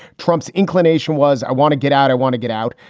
trump's inclination was, i want to get out. i want to get out.